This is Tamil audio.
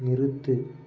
நிறுத்து